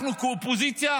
אנחנו כאופוזיציה